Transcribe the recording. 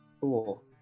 Cool